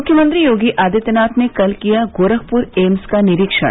मुख्यमंत्री योगी आदित्यनाथ ने कल किया गोरखपुर एम्स का निरीक्षण